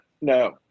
no